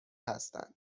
هستند